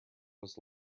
was